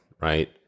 right